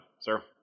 sir